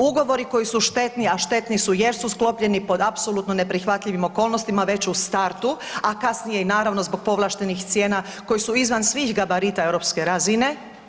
Ugovori koji su štetni, a štetni su jer su sklopljeni pod apsolutno neprihvatljivim okolnostima već u startu, a kasnije naravno i zbog povlaštenih cijena koji su svi izvan gabarita europske razine.